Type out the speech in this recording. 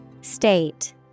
State